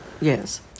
Yes